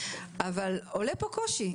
אבל עולה פה קושי.